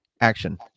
action